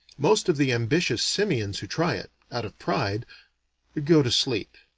most of the ambitious simians who try it out of pride go to sleep.